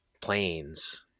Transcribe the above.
planes